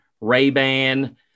Ray-Ban